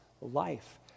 life